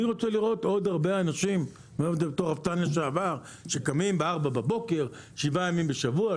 אני רוצה לראות עוד הרבה אנשים שקמים בארבע בבוקר שבעה ימים בשבוע,